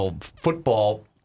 football